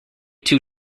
two